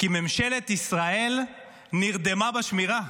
כי ממשלת ישראל נרדמה בשמירה.